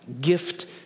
gift